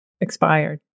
expired